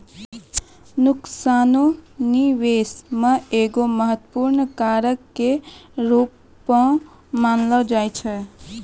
नुकसानो निबेश मे एगो महत्वपूर्ण कारक के रूपो मानलो जाय छै